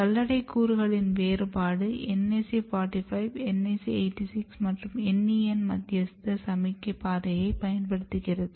சல்லடை கூறுகளின் வேறுபாடு NAC 45 NAC 86 மற்றும் NEN மத்யஸ்த சமிக்ஞை பாதையைப் பயன்படுத்துகிறது